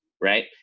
Right